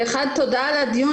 תודה על הדיון.